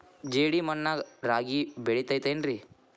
ಜೇಡಿ ಮಣ್ಣಾಗ ರಾಗಿ ಬೆಳಿತೈತೇನ್ರಿ?